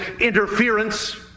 interference